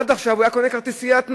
עד עכשיו הוא היה קונה כרטיסיית נוער,